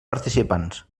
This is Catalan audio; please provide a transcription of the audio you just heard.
participants